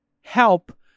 help